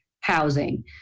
housing